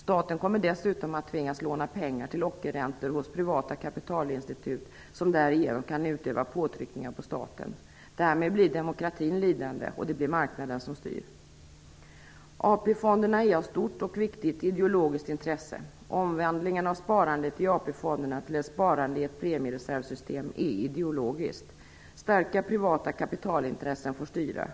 Staten kommer dessutom att tvingas låna pengar till ockerräntor hos privata kapitalinstitut som därigenom kan utöva påtryckningar på staten. Därmed blir demokratin lidande, och det blir marknaden som styr. AP-fonderna är av stort och viktigt ideologiskt intresse. Omvandlingen av sparandet i AP-fonderna till ett sparande i ett premiereservsystem är ideologiskt. Starka privata kapitalintressen får styra.